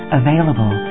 available